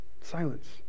silence